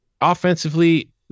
offensively